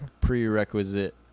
prerequisite